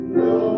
no